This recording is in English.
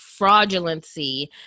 fraudulency